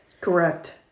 Correct